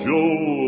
Joe